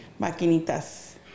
Maquinitas